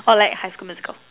or like high school musical